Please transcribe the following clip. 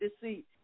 deceit